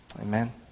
Amen